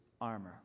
armor